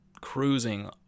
cruising